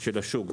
של השוק.